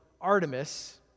Artemis